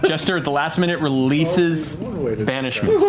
jester, at the last minute, releases banishment.